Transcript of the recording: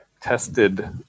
tested